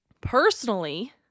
personally